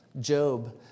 Job